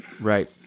Right